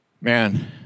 Man